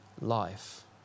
life